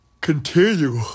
continue